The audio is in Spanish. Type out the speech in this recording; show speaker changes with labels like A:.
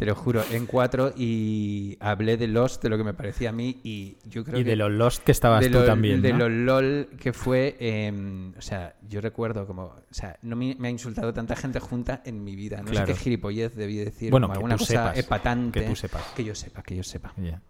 A: Te lo juro, en cuatro, y hablé de Lost, de lo que me parecía a mí, y yo creo
B: Y de
A: que-
B: lo Lost que estabas
A: de
B: tú
A: lo-
B: también,
A: de
B: ¿no?
A: lo LOL que fue, em, o sea, yo recuerdo como- o sea, no me- me ha insultado tanta gente junta en mi vida. No sé qué
B: Claro.
A: gilipollez debí decir,
B: Bueno,
A: como
B: que
A: alguna
B: tú
A: cosa
B: sepas, que tú
A: epatante,
B: sepas.
A: que yo sepa, que yo sepa.
B: Ya.